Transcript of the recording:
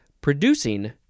Producing